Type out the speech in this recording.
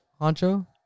Honcho